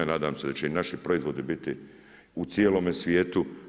Nadam se da će i naši proizvodi biti u cijelome svijetu.